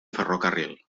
ferrocarril